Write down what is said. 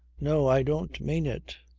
no, i don't mean it.